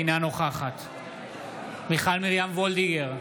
אינה נוכחת מיכל מרים וולדיגר,